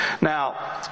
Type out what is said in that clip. Now